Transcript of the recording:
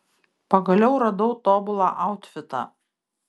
pagaliau radau tobulą autfitą